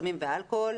סמים ואלכוהול.